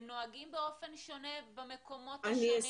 הם נוהגים באופן שונה במקומות השונים